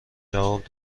جواب